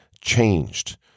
changed